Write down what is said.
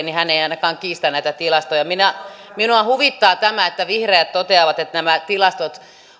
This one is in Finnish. niin hän ei ainakaan kiistä näitä tilastoja minua huvittaa tämä että vihreät toteavat että nämä tilastot